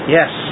Yes